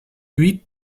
huit